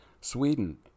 Sweden